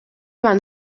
van